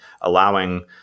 allowing